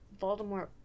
Voldemort